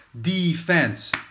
defense